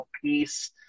piece